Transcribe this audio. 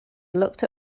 looked